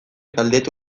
galdetu